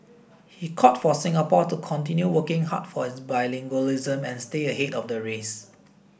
he called for Singapore to continue working hard for its bilingualism and stay ahead of the race